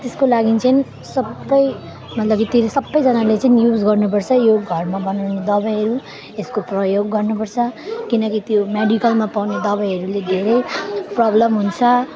त्यसको लागि चाहिँ सबै मतलब कि त्यसले सबैजनाले चाहिँ म युज गर्नुपर्छ यो घरमा बनाउने दबाईहरू यसको प्रयोग गर्नुपर्छ किनकि त्यो मेडिकलमा पाउने दबाईहरूले धेरै प्रब्लम हुन्छ